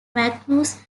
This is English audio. magnus